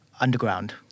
underground